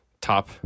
top